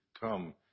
Come